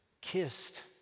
kissed